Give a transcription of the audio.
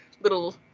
little